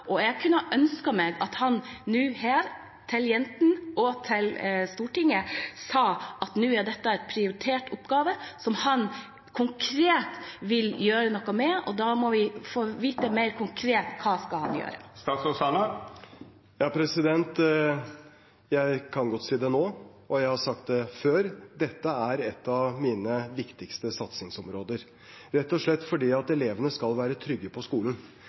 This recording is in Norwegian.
Jeg kunne ha ønsket meg at han nå her til jentene og til Stortinget sa at nå er dette en prioritert oppgave som han konkret vil gjøre noe med. Og da må vi få vite mer konkret: Hva skal han gjøre? Jeg kan godt si det nå, og jeg har sagt det før: Dette er et av mine viktigste satsingsområder, rett og slett fordi elevene skal være trygge på skolen.